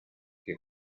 che